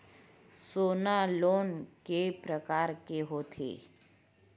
सोना लोन के प्रकार के होथे?